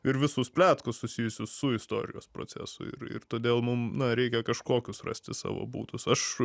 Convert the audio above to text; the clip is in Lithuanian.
ir visus pliatkus susijusius su istorijos procesu ir ir todėl mum na reikia kažkokius rasti savo būdus aš